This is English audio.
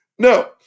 No